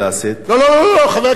לא, לא, לא, חבר הכנסת מג'אדלה.